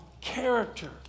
character